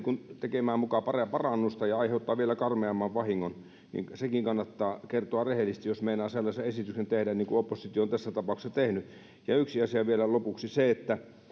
tekemään muka parannusta ja aiheuttaa vielä karmeamman vahingon niin sekin kannattaa kertoa rehellisesti jos meinaa sellaisen esityksen tehdä niin kuin oppositio on tässä tapauksessa tehnyt ja yksi asia vielä lopuksi